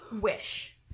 Wish